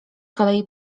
kolei